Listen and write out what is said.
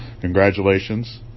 Congratulations